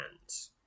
hands